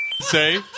say